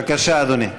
בבקשה, אדוני.